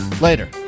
later